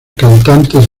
cantantes